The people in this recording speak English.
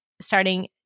starting